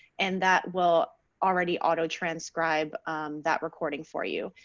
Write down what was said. and that will already auto transcribe that recording for you.